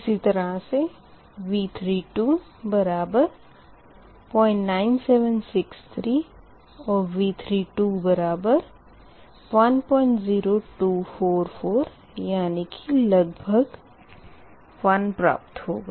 इसी तरह से V3बराबर 09763 और V3 बराबर 10244 यानी कि लगभग 1 प्राप्त होगा